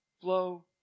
flow